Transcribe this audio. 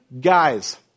guys